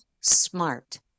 smart